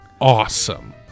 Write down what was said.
Awesome